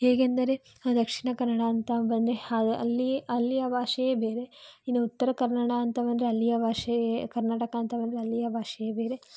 ಹೇಗೆಂದರೆ ದಕ್ಷಿಣ ಕನ್ನಡ ಅಂತ ಬಂದರೆ ಹಲ್ ಅಲ್ಲಿಯೇ ಅಲ್ಲಿಯ ಭಾಷೆಯೇ ಬೇರೆ ಇನ್ನು ಉತ್ತರ ಕನ್ನಡ ಅಂತ ಬಂದರೆ ಅಲ್ಲಿಯ ಭಾಷೆಯೇ ಕರ್ನಾಟಕ ಅಂತ ಬಂದರೆ ಅಲ್ಲಿಯ ಭಾಷೆಯೇ ಬೇರೆ